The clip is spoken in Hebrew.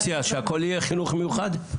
למשרד החינוך בוודאי יש נתונים יותר מפורטים.